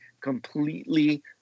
completely